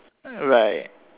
right